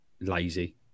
lazy